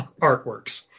artworks